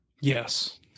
Yes